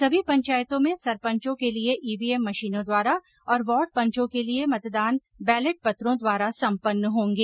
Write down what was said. सभी पंचायतों में सरपंचों के लिए ईवीएम मशीनों द्वारा और वार्ड पंचों के लिए मतदान बैलेट पंत्रों द्वारा संपन्न होगें